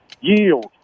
Yield